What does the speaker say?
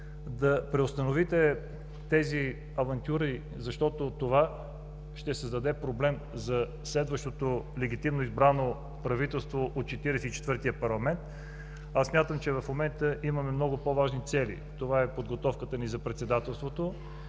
да преустановите тези авантюри, защото това ще създаде проблем за следващото легитимно избрано правителство от Четиридесет и четвъртия парламент. Аз смятам, че в момента имаме много по-важни цели – това е подготовката ни за председателството,